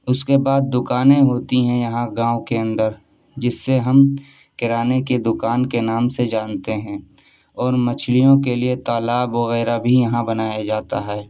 اس کے بعد دکانیں ہوتی ہیں یہاں گاؤں کے اندر جس سے ہم کرانے کے دکان کے نام سے جانتے ہیں اور مچھلیوں کے لیے تالاب وغیرہ بھی یہاں بنایا جاتا ہے